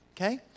okay